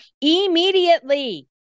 immediately